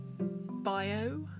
bio